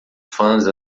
fãs